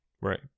Right